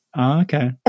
okay